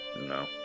No